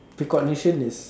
precognition is